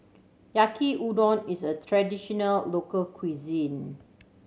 Yaki Udon is a traditional local cuisine